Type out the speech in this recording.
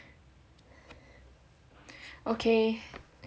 okay